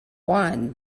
one